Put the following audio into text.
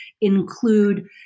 include